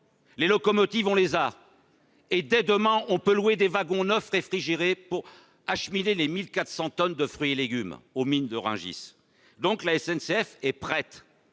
les locomotives, on les a ! Dès demain, on peut louer des wagons neufs réfrigérés pour acheminer les 1 400 tonnes de fruits et légumes au MIN de Rungis. La SNCF est prête